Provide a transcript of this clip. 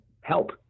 help